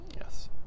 Yes